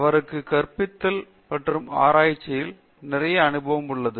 அவருக்கு கற்பித்தல் மற்றும் ஆராய்ச்சியில் நிறைய அனுபவம் உள்ளது